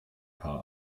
paar